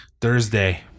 Thursday